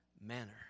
manner